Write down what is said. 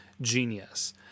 genius